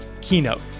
keynote